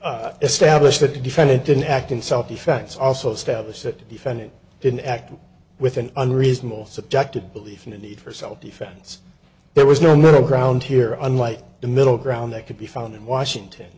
that establish that the defendant didn't act in self defense also establish that defendant didn't act with an unreasonable subjective belief in the need for self defense there was no middle ground here unlike the middle ground that could be found in washington